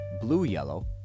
blue-yellow